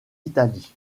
italie